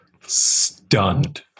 stunned